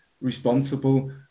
responsible